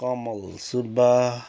Kamal Subba